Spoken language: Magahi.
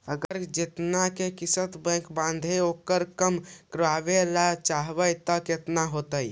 अगर जेतना के किस्त बैक बाँधबे ओकर कम करावे ल चाहबै तब कैसे होतै?